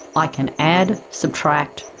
i can add, subtract,